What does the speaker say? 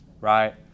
right